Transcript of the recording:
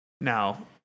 Now